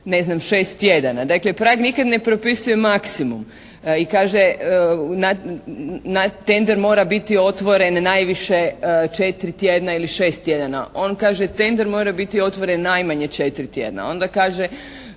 ne znam, «6 tjedana». Dakle prag nikad ne propisuje maksimum. I kaže: «Tender mora biti otvoren najviše 4 tjedna ili 6 tjedana.» On kaže: «Tender mora biti otvoren najmanje 4 tjedna.» Onda kaže: